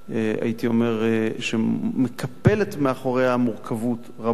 הייתי אומר, שמקפלת מאחוריה מורכבות רבה.